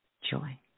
joy